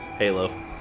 Halo